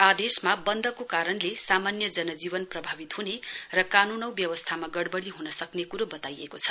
आदेशमा वन्दको कारणले सामान्य जन जीवन प्रभावित हुने र कानून औ व्यवस्थामा गडवड़ी हुन सक्ने कुरो बताइएको छ